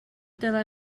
dylai